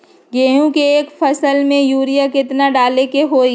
गेंहू के एक फसल में यूरिया केतना डाले के होई?